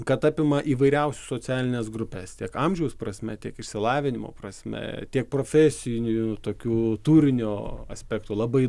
kad apima įvairiausių socialines grupes tiek amžiaus prasme tiek išsilavinimo prasme tiek profesinių tokių turinio aspektų labai